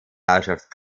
herrschaft